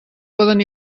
poden